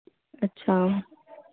ਅੱਛਾ